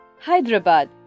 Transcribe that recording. Hyderabad